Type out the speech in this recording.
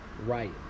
right